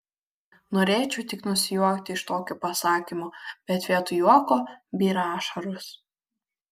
norėčiau tik nusijuokti iš tokio pasakymo bet vietoj juoko byra ašaros